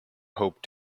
hoped